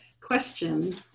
question